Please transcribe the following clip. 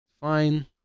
Fine